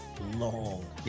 long